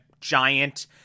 giant